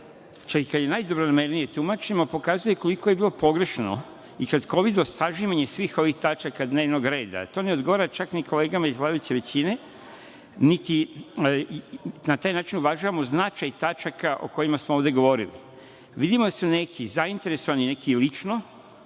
čak i kada je najdobronamernije tumačimo, koliko je bilo pogrešno i kratkovido sažimanje svih ovih tačaka dnevnog reda. To ne odgovara čak ni kolegama iz vladajuće većine, niti na taj način uvažavamo značaj tačaka o kojima smo ovde govorili. Vidimo da su neki zainteresovani, neki lično,